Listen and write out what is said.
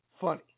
funny